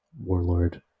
warlord